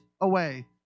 away